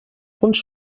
punts